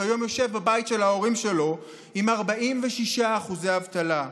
וכיום יושב בבית של ההורים שלו עם 46% אבטלה.